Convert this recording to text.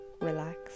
relax